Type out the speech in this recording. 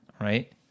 right